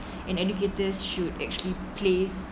and educators should actually place